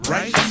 Right